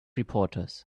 reporters